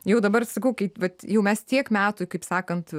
jau dabar sakau vat jau mes tiek metų kaip sakant